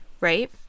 right